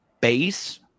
base